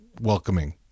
welcoming